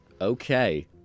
Okay